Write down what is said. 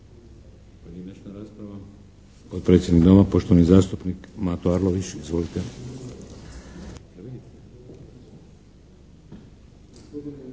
Hvala